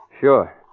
Sure